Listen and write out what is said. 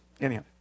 Anyhow